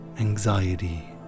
anxiety